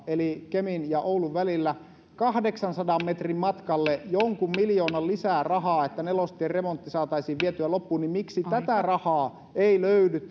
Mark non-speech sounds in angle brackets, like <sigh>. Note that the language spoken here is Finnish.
eli kemin ja oulun välillä kahdeksansadan metrin matkalle jonkun miljoonan lisää rahaa että nelostien remontti saataisiin vietyä loppuun miksi tätä rahaa ei löydy <unintelligible>